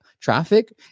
traffic